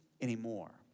anymore